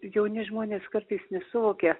jauni žmonės kartais nesuvokia